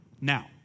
Now